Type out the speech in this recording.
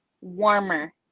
warmer